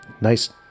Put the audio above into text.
nice